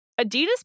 Adidas